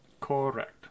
Correct